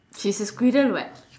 she's a squirrel what